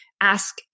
ask